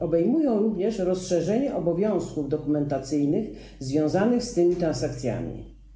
Obejmują również rozszerzenie obowiązków dokumentacyjnych związanych z tymi transakcjami.